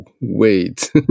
wait